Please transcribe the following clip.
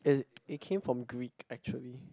is it it came from Greek actually